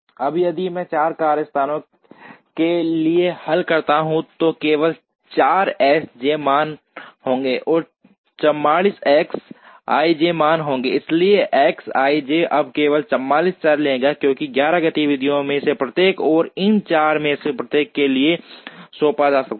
अब यदि मैं 4 कार्यस्थानों के लिए हल करता हूँ तो केवल 4 S j मान होंगे और 44 X ij मान होंगे इसलिए X ij अब केवल 44 चर लेगा क्योंकि 11 गतिविधियों में से प्रत्येक को इन 4 में से प्रत्येक के लिए सौंपा जा सकता है